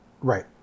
right